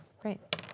great